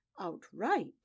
outright